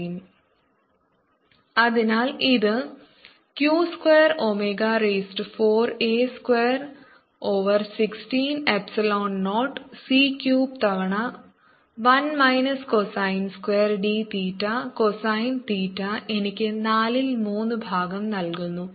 Sq24A23220c3 r2Powerarea Total power q24A23220c3 r2dcosθdϕr2q24A23220c3×2π 111 cos2dcosθ അതിനാൽ ഇത് q square omega raise to 4 a square over 16 epsilon 0 c cube തവണ 1 minus cosine square d theta cosine theta എനിക്ക് നാലിൽ മൂന്ന് ഭാഗം നൽകുന്നു